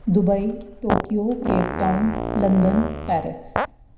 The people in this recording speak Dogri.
Dubai Tokyo Cape Town London Paris